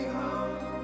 home